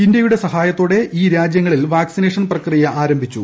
ഇന്ത്യയുടെ സഹായത്തോടെ ഈ രാജൃങ്ങളിൽ വാക്സിനേഷൻ പ്രക്രിയ ആരംഭിച്ചു